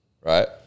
right